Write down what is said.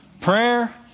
Prayer